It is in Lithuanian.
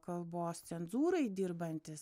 kalbos cenzūrai dirbantys